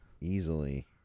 Easily